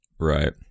Right